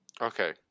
Okay